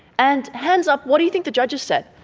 and hands up, what do you think the judges said?